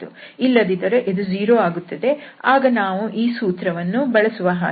ಇಲ್ಲದಿದ್ದರೆ ಇದು 0 ಆಗುತ್ತದೆ ಆಗ ನಾವು ಈ ಸೂತ್ರವನ್ನು ಬಳಸುವ ಹಾಗಿಲ್ಲ